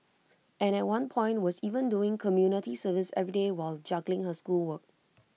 and at one point was even doing community service every day while juggling her schoolwork